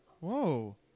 Whoa